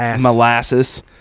molasses